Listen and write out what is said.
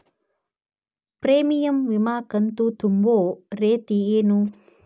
Premium ವಿಮಾ ಕಂತು ತುಂಬೋ ರೇತಿ ಏನು?